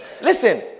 Listen